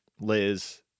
Liz